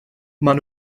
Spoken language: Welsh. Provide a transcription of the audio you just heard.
maen